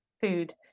food